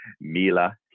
Mila